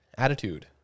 Attitude